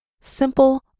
Simple